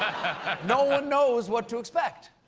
no one knows what to expect.